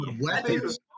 weapons